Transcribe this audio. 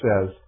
says